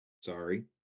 sorry